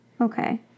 Okay